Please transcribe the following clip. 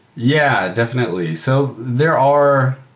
yeah, definitely. so there are,